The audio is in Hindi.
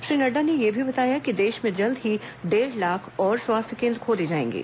श्री नड्डा ने यह भी बताया कि देश में जल्द ही डेढ़ लाख और स्वास्थ्य केन्द्र खोले जाएंगे